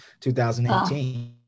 2018